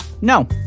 No